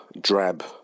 drab